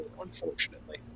unfortunately